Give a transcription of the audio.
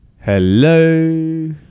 Hello